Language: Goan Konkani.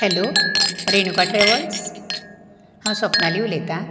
हॅलो रेणुका ट्रेवल्स हांव स्वप्नाली उलयतां